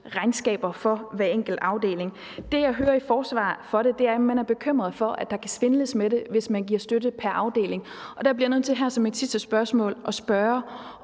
regnskaber for hver enkelt afdeling. Det, jeg hører i forsvar for det, er, at man er bekymret for, at der kan svindles med det, hvis man giver støtte pr. afdeling, og der bliver jeg nødt til her som mit sidste spørgsmål at spørge,